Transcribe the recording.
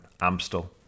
Amstel